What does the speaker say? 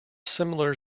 similar